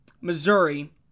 Missouri